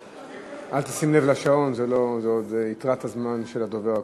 אל תשים לב לשעון, זה יתרת הזמן של הדובר הקודם.